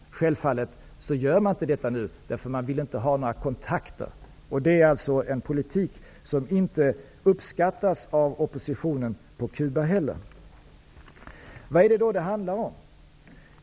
Självfallet gör man inte det nu, därför att man inte vill ha några kontakter. Det är en politik som inte uppskattas av oppositionen på Cuba heller. Vad är det då det handlar om?